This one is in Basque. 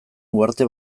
uharte